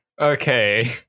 Okay